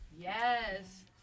yes